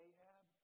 Ahab